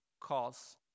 cause